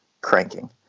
cranking